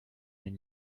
den